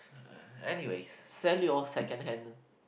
anyways sell your second hand